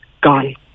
gone